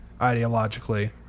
ideologically